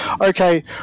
okay